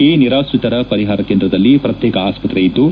ಈ ನಿರಾತ್ರಿತರ ಪರಿಹಾರ ಕೇಂದ್ರದಲ್ಲಿ ಪ್ರತ್ಯೇಕ ಆಸ್ಪತ್ರೆ ಇದ್ದು